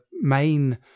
main